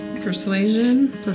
persuasion